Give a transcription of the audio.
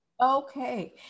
Okay